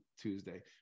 Tuesday